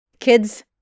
Kids